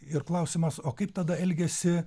ir klausimas o kaip tada elgiasi